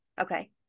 Okay